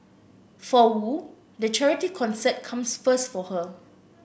for Wu the charity concert comes first for her